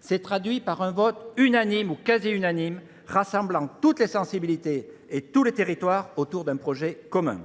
C'est traduit par un vote unanime ou quasi-unanime, rassemblant toutes les sensibilités et tous les territoires autour d'un projet commun.